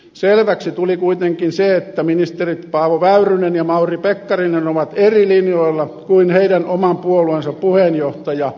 selväksi tuli kuitenkin se että ministerit paavo väyrynen ja mauri pekkarinen ovat eri linjoilla kuin heidän oman puolueensa puheenjohtaja pääministeri kiviniemi